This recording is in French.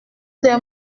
des